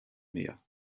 mehr